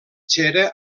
xera